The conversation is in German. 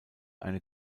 eine